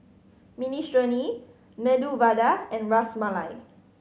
Minestrone Medu Vada and Ras Malai